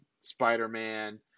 Spider-Man